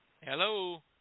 Hello